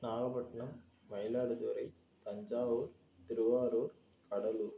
Nagapattinam Mayiladuthurai Thanjavur Tiruvarur Cuddalore